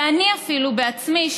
אפילו אני בעצמי,